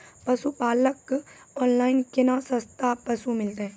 पशुपालक कऽ ऑनलाइन केना सस्ता पसु मिलतै?